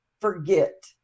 forget